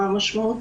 לא על המקרים האלה.